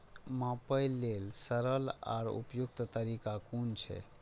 मापे लेल सरल आर उपयुक्त तरीका कुन छै?